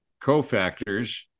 cofactors